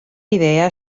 idea